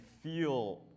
feel